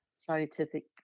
scientific